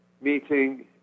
meeting